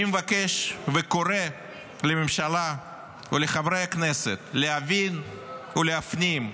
אני מבקש וקורא לממשלה ולחברי הכנסת להבין ולהפנים: